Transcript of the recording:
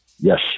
Yes